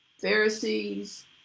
Pharisees